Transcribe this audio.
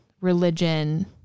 religion